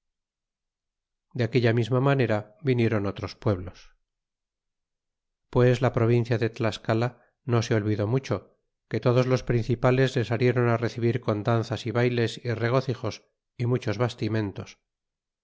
de aquella misma manera viniéron otros pueblos pues la provincia de tlascala no se olvidó mucho que todos los principales le salieron recibir con danzas y bayles y regocijos y muchos bastimentos